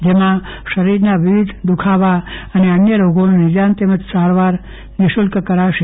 જેમાં શરીરના વિવિધ દુખાવા અને અન્ય રોગોનું નિદાન તેમજ સારવાર કરાશે